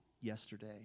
yesterday